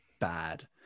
bad